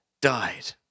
died